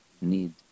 need